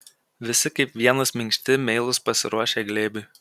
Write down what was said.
visi kaip vienas minkšti meilūs pasiruošę glėbiui